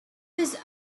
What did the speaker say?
was